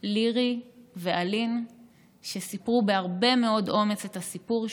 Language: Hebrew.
לירי ואלין וסיפרו בהרבה מאוד אומץ את הסיפור שלהן.